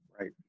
right